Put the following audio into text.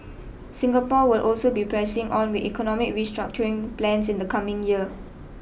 Singapore will also be pressing on with economic restructuring plans in the coming year